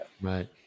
right